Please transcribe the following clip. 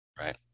right